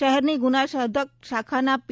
શહેરની ગ્રનાશોધક શાખાના પી